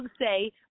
say